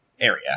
area